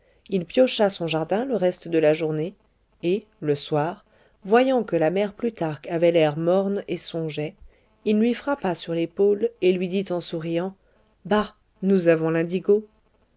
il piocha son jardin le reste de la journée et le soir voyant que la mère plutarque avait l'air morne et songeait il lui frappa sur l'épaule et lui dit en souriant bah nous avons l'indigo